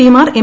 പിമാർ എം